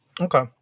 Okay